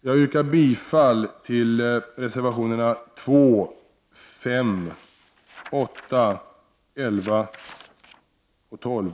Jag yrkar bifall till reservationerna nr 2, 5, 8, 11 och 12.